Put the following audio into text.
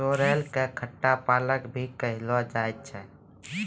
sorrel कॅ खट्टा पालक भी कहलो जाय छै